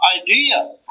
idea